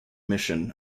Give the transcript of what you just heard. mission